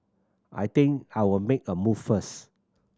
I think I'll make a move first